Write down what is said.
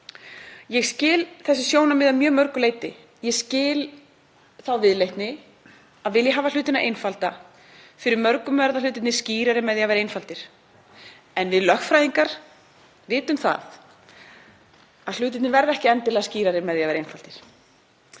Ég skil þessi sjónarmið að mjög mörgu leyti. Ég skil þá viðleitni að vilja hafa hlutina einfalda. Fyrir mörgum verða hlutirnir skýrari með því að vera einfaldir en við lögfræðingar vitum að hlutirnir verða ekki endilega skýrari með því að verða einfaldir,